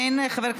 אה, הוא מסכים.